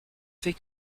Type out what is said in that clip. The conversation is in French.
fait